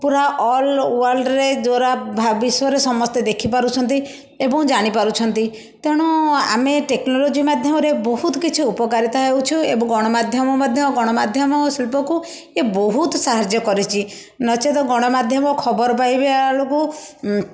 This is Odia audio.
ପୁରା ଅଲ ୱାର୍ଲ୍ଡ ରେ ଯୋରା ଭା ବିଶ୍ବରେ ସମସ୍ତେ ଦେଖି ପାରୁଛନ୍ତି ଏବଂ ଜାଣିପାରୁଛନ୍ତି ତେଣୁ ଆମେ ଟେକ୍ନୋଲୋଜି ମାଧ୍ୟମରେ ବହୁତ କିଛି ଉପକାରିତା ହେଉଛୁ ଏବଂ ଗଣମାଧ୍ୟମ ମଧ୍ୟ ଗଣମାଧ୍ୟମ ଓ ଶିଳ୍ପକୁ ଏ ବହୁତ ସାହାଯ୍ୟ କରିଛି ନଚେତ ଗଣମାଧ୍ୟମ ଖବର ପାଇବେ ବେଳକୁ